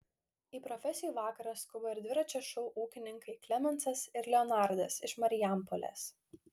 į profesijų vakarą skuba ir dviračio šou ūkininkai klemensas ir leonardas iš marijampolės